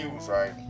right